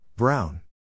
Brown